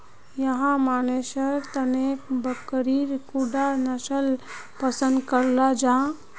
याहर मानसेर तने बकरीर कुंडा नसल पसंद कराल जाहा?